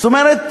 זאת אומרת,